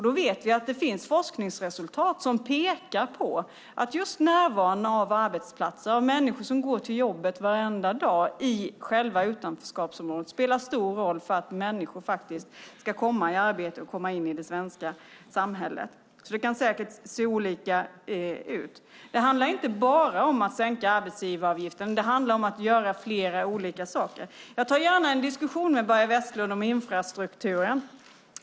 Det finns forskningsresultat som pekar på att just närvaron av arbetsplatser och människor som går till jobbet varenda dag i själva utanförskapsområdet spelar stor roll för att människor ska komma i arbetet och komma in i det svenska samhället. Det kan säkert se olika ut. Det handlar inte bara om att sänka arbetsgivaravgiften, utan det handlar om att göra flera olika saker. Jag tar gärna en diskussion med Börje Vestlund om infrastrukturen.